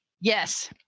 Yes